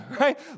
right